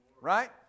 Right